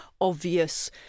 obvious